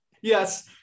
Yes